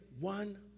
one